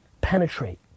penetrate